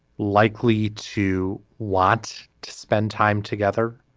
likely to want to spend time together.